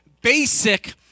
basic